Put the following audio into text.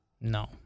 No